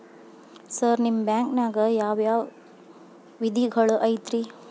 Sir ನಿಮ್ಮ ಬ್ಯಾಂಕನಾಗ ಯಾವ್ ಯಾವ ನಿಧಿಗಳು ಐತ್ರಿ?